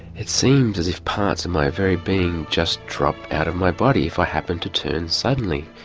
it seemed as if parts of my very being just dropped out of my body if i happen to turn suddenly.